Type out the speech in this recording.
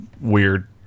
weird